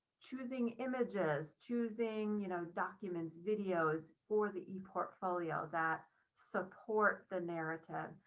choosing images, choosing, you know, documents, videos for the portfolio that support the narrative,